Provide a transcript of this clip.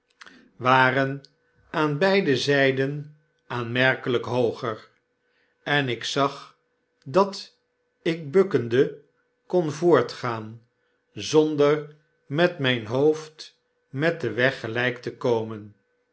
ren aan beide zjjden aanmerkeljjk hooger en ik zag dat ik bukkende kon voortgaan zonder met mijn hoofd met den weg gelijk tekomen